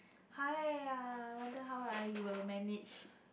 !hiya! I wonder how are you will manage